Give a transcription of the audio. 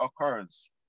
occurs